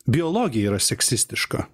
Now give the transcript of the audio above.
biologija yra seksistiška